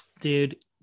dude